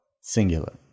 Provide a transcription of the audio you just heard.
singular